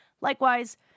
Likewise